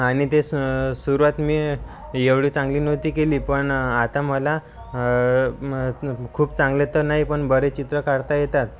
आणि ते स सुरुवात मी एवढी चांगली नव्हती केली पण आता मला खूप चांगलं तर नाही पण बरे चित्र काढता येतात